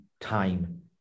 time